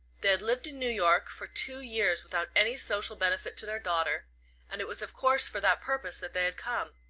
they had lived in new york for two years without any social benefit to their daughter and it was of course for that purpose that they had come.